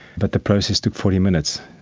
but the process took forty minutes.